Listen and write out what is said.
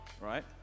right